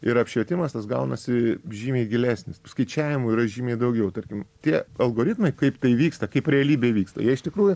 ir apšvietimas tas gaunasi žymiai gilesnis skaičiavimų yra žymiai daugiau tarkim tie algoritmai kaip tai vyksta kaip realybėj vyksta jie iš tikrųjų